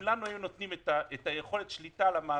אם היו נותנים לנו את יכולת השליטה על המערכת